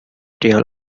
deal